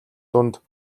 дунд